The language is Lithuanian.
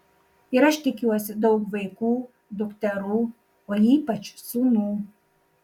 ir aš tikiuosi daug vaikų dukterų o ypač sūnų